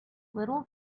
little